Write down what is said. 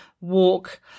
walk